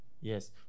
yes